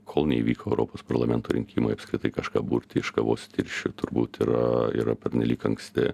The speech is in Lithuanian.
kol neįvyko europos parlamento rinkimai apskritai kažką burti iš kavos tirščių turbūt yra yra pernelyg anksti